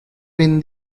been